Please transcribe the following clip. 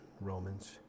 Romans